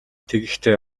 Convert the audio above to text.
тэгэхдээ